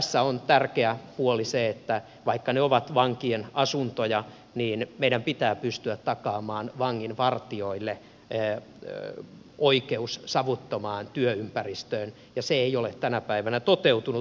tässä on tärkeä huoli se että vaikka ne ovat vankien asuntoja niin meidän pitää pystyä takaamaan vanginvartijoille oikeus savuttomaan työympäristöön ja se ei ole tänä päivänä toteutunut